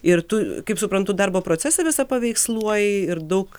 ir tu kaip suprantu darbo procesą visa paveiksluoji ir daug